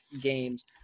games